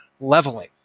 leveling